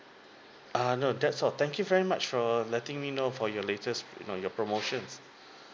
err no that's all thank you very much for letting me know for your latest you know your promotions